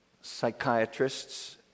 psychiatrists